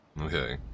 Okay